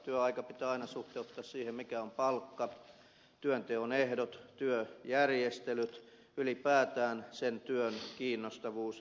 työaika pitää aina suhteuttaa siihen mikä on palkka mitkä ovat työnteon ehdot työjärjestelyt ylipäätään sen työn kiinnostavuus